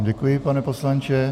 Děkuji vám, pane poslanče.